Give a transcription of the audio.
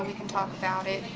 can talk about it.